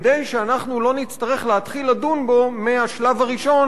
כדי שאנחנו לא נצטרך להתחיל לדון בו מהשלב הראשון.